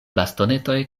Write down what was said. bastonetoj